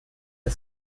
der